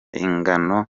inzangano